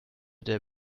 der